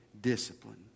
Discipline